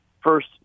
first